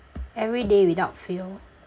everyday without fail